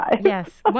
Yes